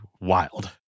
wild